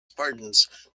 spartans